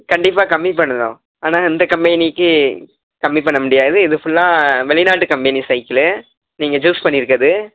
கண்டிப்பாக கம்மி பண்ணுறோம் ஆனால் இந்த கம்பெனிக்கு கம்மி பண்ண முடியாது இது ஃபுல்லாக வெளிநாட்டு கம்பெனி சைக்கிளு நீங்கள் சூஸ் பண்ணியிருக்குறது